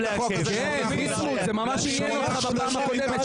כן, ביסמוט, זה ממש עניין אותך בפעם הקודמת.